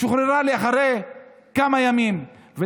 שוחררה אחרי כמה ימים, לסיכום.